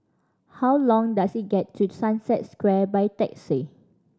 how long does it get to Sunset Square by taxi